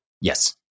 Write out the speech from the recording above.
Yes